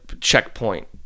checkpoint